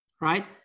right